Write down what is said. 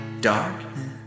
darkness